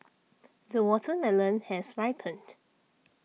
the watermelon has ripened